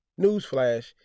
Newsflash